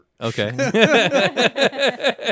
okay